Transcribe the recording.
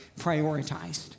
prioritized